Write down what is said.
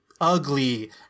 ugly